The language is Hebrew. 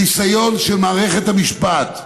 הניסיון של מערכת המשפט,